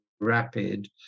rapid